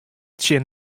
tsjin